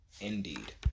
indeed